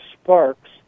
sparks